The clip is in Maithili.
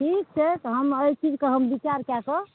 ठीक छै तऽ हम एहि चीजके हम बिचार कए कऽ